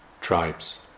tribes